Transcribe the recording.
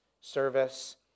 service